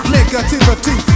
Negativity